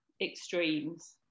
extremes